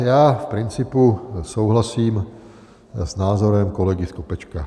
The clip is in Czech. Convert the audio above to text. V principu souhlasím s názorem kolegy Skopečka.